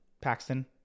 Paxton